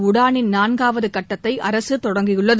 உடானின் நான்காவது கட்டத்தை அரசு தொடங்கியுள்ளது